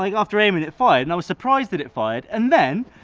like after aiming, it fired, and i was surprised that it fired, and then,